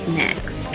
next